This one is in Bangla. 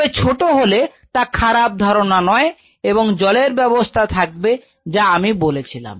তবে ছোট হলে তা খারাপ ধারণা নয় এবং জলের ব্যবস্থা থাকবে যা আমি বলেছিলাম